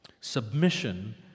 Submission